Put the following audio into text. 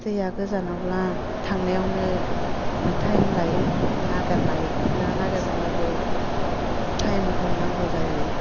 दैया गोजानावब्ला थांनायावनो टाइम लायो नागेरनाय ना नागेरनायावबो टाइमखौ नांगौ जायो